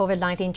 COVID-19